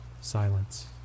Silence